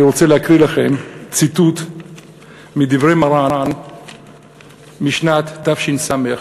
אני רוצה להקריא לכם ציטוט מדברי מרן משנת תש"ס,